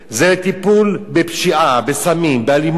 זה טיפול בפשיעה, בסמים, באלימות,